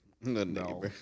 No